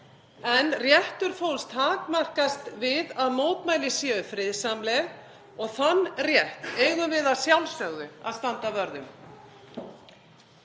en réttur fólks takmarkast við að mótmæli séu friðsamleg og þann rétt eigum við að sjálfsögðu að standa vörð um.